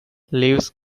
leaves